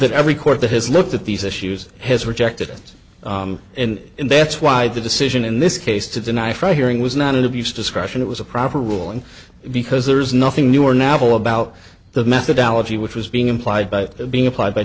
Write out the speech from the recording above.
that every court that has looked at these issues has rejected it and that's why the decision in this case to deny fry hearing was not of use discretion it was a proper ruling because there's nothing new or natural about the methodology which was being implied by being applied by